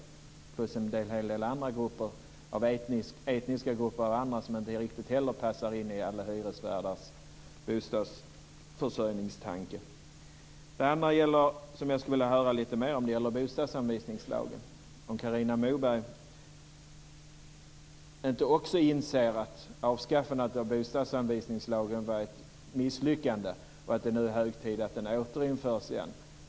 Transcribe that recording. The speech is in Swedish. Det gäller även en del andra grupper, etniska grupper och andra, som inte riktigt heller passar in i alla hyresvärdars bostadsförsörjningstanke. Det andra som jag skulle vilja höra lite mera om gäller bostadsanvisningslagen. Inser inte också Carina Moberg att avskaffandet av bostadsanvisningslagen var ett misslyckande och att det nu är hög tid att den återinförs igen?